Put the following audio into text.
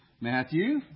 Matthew